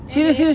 anyways